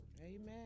Amen